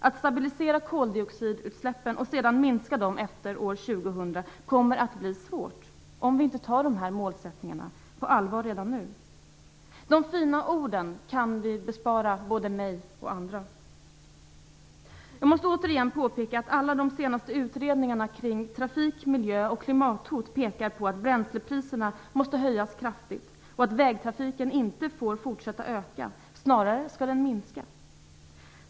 Att stabilisera koldioxidutsläppen och sedan minska dem efter år 2000 kommer att bli svårt, om vi inte tar dessa målsättningar på allvar redan nu. De fina orden kan ni bespara både mig och andra! Jag måste återigen påpeka att alla de senaste utredningarna kring trafik, miljö och klimathot pekar på att bränslepriserna måste höjas kraftigt och att vägtrafiken inte får fortsätta att öka - snarare skall den minska.